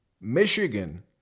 Michigan